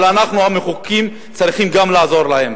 אבל אנחנו המחוקקים צריכים גם לעזור להם